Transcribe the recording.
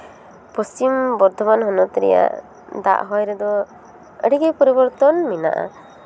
ᱯᱚᱥᱪᱤᱢ ᱵᱚᱨᱫᱷᱚᱢᱟᱱ ᱦᱚᱱᱚᱛ ᱨᱮᱭᱟᱜ ᱫᱟᱜ ᱦᱚᱭ ᱨᱮᱫᱚ ᱟᱹᱰᱤᱜᱮ ᱯᱚᱨᱤᱵᱚᱨᱛᱚᱱ ᱢᱮᱱᱟᱜᱼᱟ